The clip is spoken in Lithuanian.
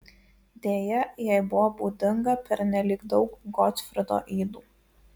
deja jai buvo būdinga pernelyg daug gotfrido ydų